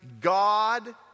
God